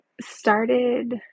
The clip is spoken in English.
started